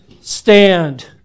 stand